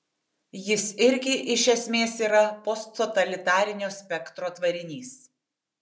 jis irgi iš esmės yra posttotalitarinio spektro tvarinys